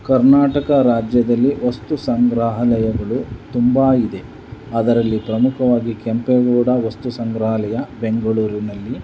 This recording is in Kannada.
ಕರ್ನಾಟಕ ರಾಜ್ಯದಲ್ಲಿ ವಸ್ತು ಸಂಗ್ರಹಾಲಯಗಳು ತುಂಬ ಇದೆ ಅದರಲ್ಲಿ ಪ್ರಮುಖವಾಗಿ ಕೆಂಪೇಗೌಡ ವಸ್ತು ಸಂಗ್ರಹಾಲಯ ಬೆಂಗಳೂರಿನಲ್ಲಿ